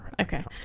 Okay